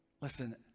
Listen